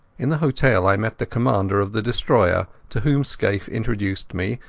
in the hotel i met the commander of the destroyer, to whom scaife introduced me,